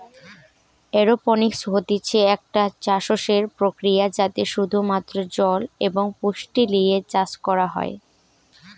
aeroponics হতিছে একটা চাষসের প্রক্রিয়া যাতে শুধু মাত্র জল এবং পুষ্টি লিয়ে চাষ করা হয়